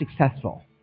successful